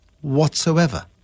whatsoever